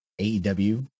AEW